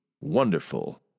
wonderful